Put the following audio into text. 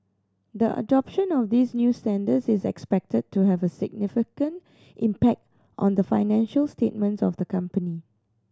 the adoption of these new standards is expected to have a significant impact on the financial statements of the company